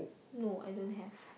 no I don't have